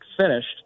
finished